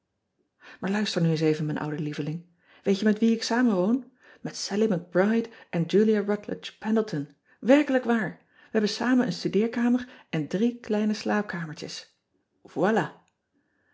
aar luister nu eens even mijn oude lieveling eet je met wie ik samen woon et allie c ride en ulia utledge endleton erkelijk waar e hebben samen een studeerkamer en drie kleine slaapkamertjes oilà